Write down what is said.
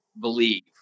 believe